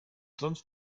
sonst